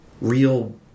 real